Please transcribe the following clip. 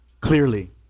clearly